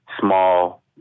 small